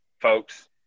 folks